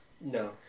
No